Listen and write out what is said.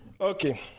okay